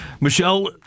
Michelle